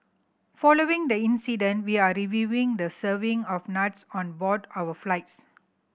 following the incident we are reviewing the serving of nuts on board our flights